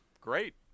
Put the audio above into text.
great